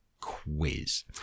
quiz